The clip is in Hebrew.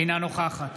אינה נוכחת